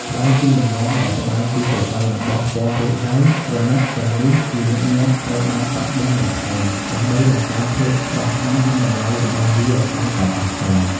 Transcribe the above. ក្រៅពីលំនាំដែលត្បាញពីសរសៃអំបោះពណ៌រួចហើយ ក្រណាត់ទាំងនេះជាញឹកញាប់ត្រូវបាន ប៉ាក់-ឌិនបន្ថែម ដើម្បីបង្កើនភាពស្រស់ស្អាត និងតម្លៃរបស់វាឱ្យកាន់តែអស្ចារ្យ។